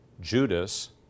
Judas